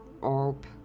orb